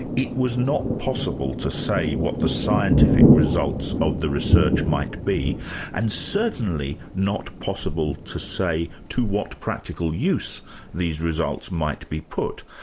it was not possible to say what the scientific results of the research might be and certainly not possible to say to what practical use these results might be put.